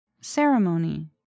Ceremony